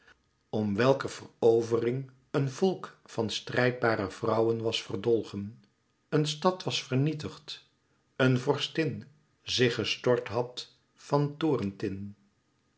om welker verovering een volk van strijdbare vrouwen was verdolgen een stad was vernietigd een vorstin zich gestort had van torentin